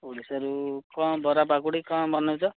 ଓଡ଼ିଶାରୁ କଣ ବରା ପାକୁଡ଼ି କଣ ବନାଉଛ